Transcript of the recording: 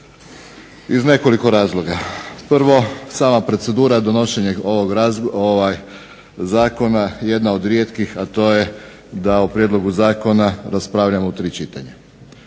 iz nekoliko razloga. Prvo, sama procedura donošenja ovog zakona jedna od rijetkih, a to je da o prijedlogu zakona raspravljamo u tri čitanja.